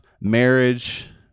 marriage